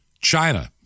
China